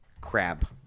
Crab